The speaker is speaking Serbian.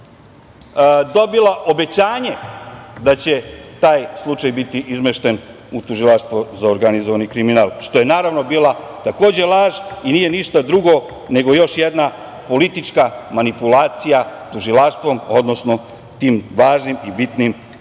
dobila obećanje da će taj slučaj biti izmešten u Tužilaštvo za organizovani kriminal, što je bila takođe laž i nije ništa drugo nego još jedna politička manipulacija tužilaštvom, odnosno tim važnim i bitnim državnim